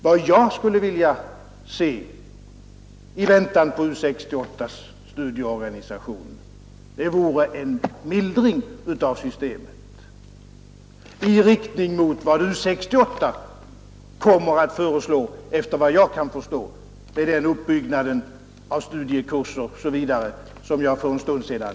Vad jag skulle vilja se i väntan på U 68:s studieorganisation, vore en mildring av systemet i riktning mot vad U 68 kommer att föreslå, efter vad jag kan förstå med den uppbyggnad av studiekurserna som jag för en stund sedan